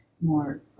more